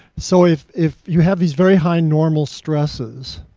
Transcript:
so if if you have these very high normal stresses